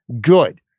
good